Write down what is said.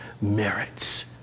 merits